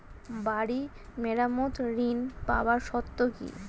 বাড়ি মেরামত ঋন পাবার শর্ত কি?